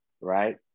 Right